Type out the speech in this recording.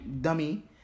dummy